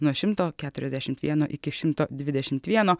nuo šimto keturiasdešimt vieno iki šimto dvidešimt vieno